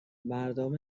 مردم